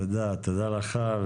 תודה לך.